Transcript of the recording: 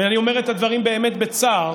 ואני אומר את הדברים באמת בצער,